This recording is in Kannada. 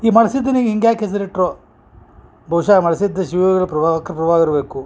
ಈ ಮಾಡ್ಸಿದಿನಿಗ ಹಿಂಗ್ಯಾಕ ಹೆಸರು ಇಟ್ರೋ ಬಹಶಃ ಮಾಡ್ಸಿದ ಪ್ರಭಾವಕ್ ಪ್ರಭಾವ ಇರಬೇಕು